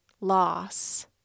loss